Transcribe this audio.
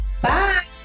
Bye